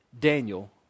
Daniel